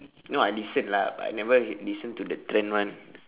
no I listen lah but I never listen to the trend one